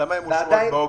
למה הם אושרו רק באוגוסט?